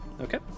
Okay